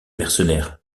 mercenaires